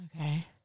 Okay